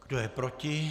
Kdo je proti?